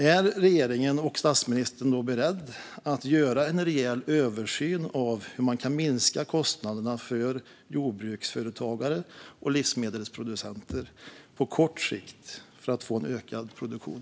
Är regeringen och statsministern beredda att göra en reell översyn av hur man kan minska kostnaderna för jordbruksföretagare och livsmedelsproducenter på kort sikt för att få en ökad produktion?